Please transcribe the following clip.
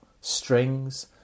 Strings